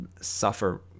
suffer